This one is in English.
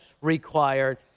required